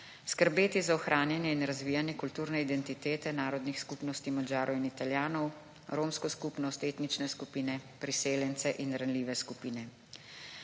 Skrbeti za ohranjanje in razvijanje kulturne identitet narodnih skupnosti Madžarov in Italijanov, Romsko skupnost, etnične skupine, priseljence in ranljive skupine.